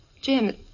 Jim